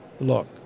look